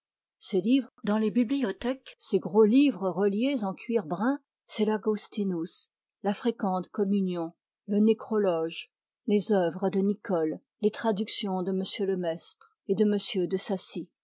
ces livres dans les bibliothèques ces gros livres reliés en cuir brun c'est l'augustinus la fréquente communion l e nécrologe les œuvres de nicole les traductions de m le maistre et de m de saci